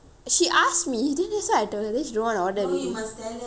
she asked me then that's what I told her then she don't want to order already